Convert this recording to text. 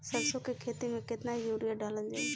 सरसों के खेती में केतना यूरिया डालल जाई?